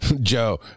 Joe